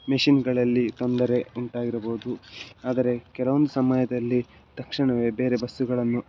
ಮಿಷಿನ್ನುಗಳಲ್ಲಿ ತೊಂದರೆ ಉಂಟಾಗಿರಬೋದು ಆದರೆ ಕೆಲವೊಂದು ಸಮಯದಲ್ಲಿ ತಕ್ಷಣವೇ ಬೇರೆ ಬಸ್ಸುಗಳನ್ನು